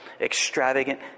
extravagant